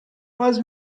باز